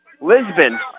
Lisbon